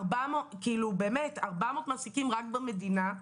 400 מעסיקים רק במדינה,